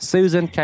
Susan